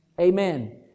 Amen